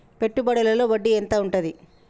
పెట్టుబడుల లో వడ్డీ ఎంత ఉంటది?